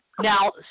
Now